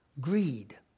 greed